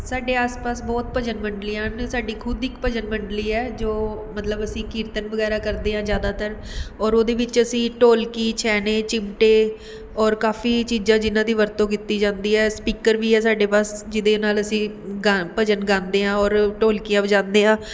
ਸਾਡੇ ਆਸ ਪਾਸ ਬਹੁਤ ਭਜਨ ਮੰਡਲੀਆਂ ਹਨ ਸਾਡੀ ਖੁਦ ਦੀ ਇੱਕ ਭਜਨ ਮੰਡਲੀ ਹੈ ਜੋ ਮਤਲਬ ਅਸੀਂ ਕੀਰਤਨ ਵਗੈਰਾ ਕਰਦੇ ਹਾਂ ਜ਼ਿਆਦਾਤਰ ਔਰ ਉਹਦੇ ਵਿੱਚ ਅਸੀਂ ਢੋਲਕੀ ਛੈਣੇ ਚਿਮਟੇ ਔਰ ਕਾਫੀ ਚੀਜ਼ਾਂ ਜਿਨ੍ਹਾਂ ਦੀ ਵਰਤੋਂ ਕੀਤੀ ਜਾਂਦੀ ਹੈ ਸਪੀਕਰ ਵੀ ਹੈ ਸਾਡੇ ਪਾਸ ਜਿਹਦੇ ਨਾਲ ਅਸੀਂ ਗਾ ਭਜਨ ਗਾਉਂਦੇ ਹਾਂ ਔਰ ਢੋਲਕੀਆਂ ਵਜਾਉਂਦੇ ਹਾਂ